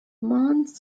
month